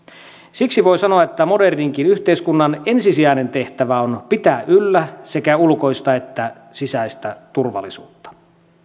siksi voi sanoa että moderninkin yhteiskunnan ensisijainen tehtävä on pitää yllä sekä ulkoista että sisäistä turvallisuutta